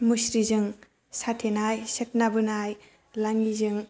मुस्रिजों साथेनाय सेकना बोनाय लाङिजों